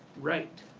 right.